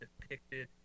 depicted